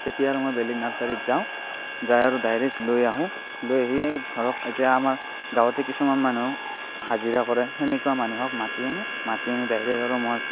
তেতিয়া আৰু মই বেলেগ নাৰ্চাৰীত যাওঁ যাই আৰু ডাইৰেক্ট লৈ আহোঁ লৈ আহি ধৰক এতিয়া আমাৰ গাঁৱতে কিছুমান মানুহ হাজিৰা কৰে সেনেকুৱা মানুহক মাতি আনো মাতি আনি ডাইৰেক্ট আৰু মই